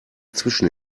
zwischen